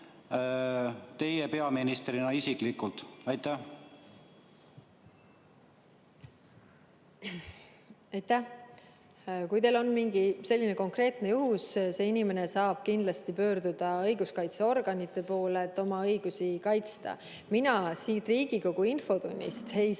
teie peaministrina isiklikult? Aitäh! Kui on mingi selline konkreetne juhtum, siis see inimene saab kindlasti pöörduda õiguskaitseorganite poole, et oma õigusi kaitsta. Mina siin Riigikogu infotunnist ei